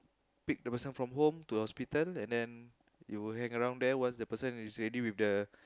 pick the person from home to hospital and then you will hang around there once the person is ready with the